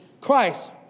Christ